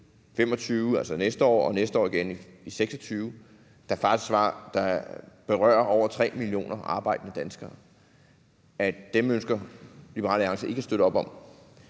2025, altså næste år, og 2026, næste år igen, og som berører over 3 millioner arbejdende danskere, ønsker Liberal Alliance ikke at støtte op om.